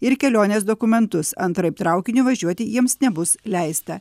ir kelionės dokumentus antraip traukiniu važiuoti jiems nebus leista